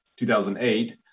2008